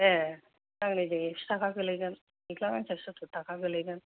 ए गांनैजों एकस' टाका गोलैगोन मेख्ला गांसेआव सत्तुर टाका गोलैगोन